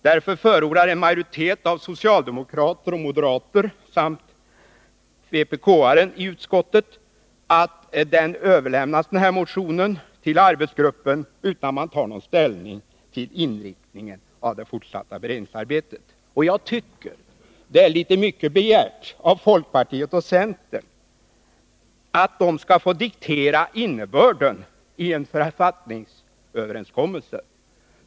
Därför förordar en majoritet av socialdemokrater och moderater samt vpkrepresentanten i utskottet att motionen överlämnas till arbetsgruppen utan att någon ställning tas till inriktningen av det fortsatta beredningsarbetet. Jag tycker att det är litet mycket begärt av folkpartiet och centern att de skall få diktera innebörden i en författningsöverenskommelse.